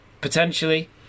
Potentially